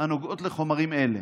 הנוגעות לחומרים אלה.